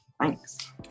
thanks